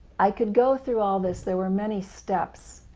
i could go through all this there were many steps.